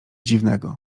dziwnego